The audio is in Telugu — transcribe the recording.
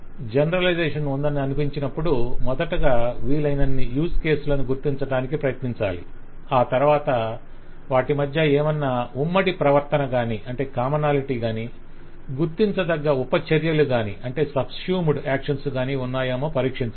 జనరలైజషన్ ఉందని అనిపించినప్పుడు మొదటగా వీలైనన్ని యూజ్ కేసులను గుర్తించడానికి ప్రయత్నించాలి అ తరవాత వాటి మధ్య ఏమన్నా ఉమ్మడి ప్రవర్తనగాని గుర్తించదగ్గ ఉప చర్యలుగాని ఉన్నాయేమో పరీక్షించాలి